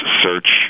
search